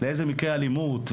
לאיזה מקרי אלימות,